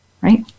right